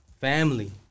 family